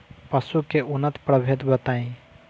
पशु के उन्नत प्रभेद बताई?